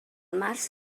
març